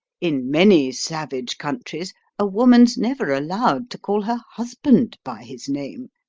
in many savage countries a woman's never allowed to call her husband by his name,